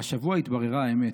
השבוע התבררה האמת,